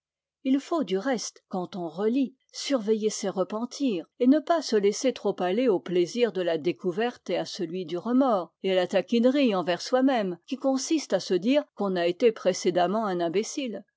il faut du reste quand on relit surveiller ces repentirs et ne pas se laisser trop aller au plaisir de la découverte et à celui du remords et à la taquinerie envers soi-même qui consiste à se dire qu'on a été précédemment un imbécile